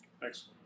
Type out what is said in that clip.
thanks